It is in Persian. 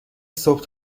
صبح